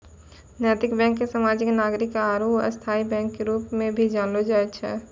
नैतिक बैंक के सामाजिक नागरिक आरू स्थायी बैंक के रूप मे भी जानलो जाय छै